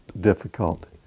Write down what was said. difficult